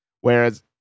Whereas